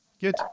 Good